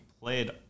played